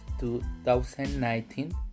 2019